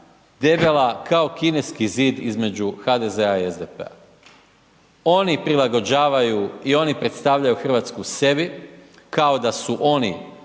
debela kao Kineski zid između HDZ-a i SDP-a. Oni prilagođavaju i oni predstavljaju Hrvatsku sebi kao su oni